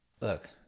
Look